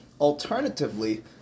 Alternatively